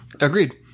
Agreed